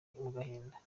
gahinda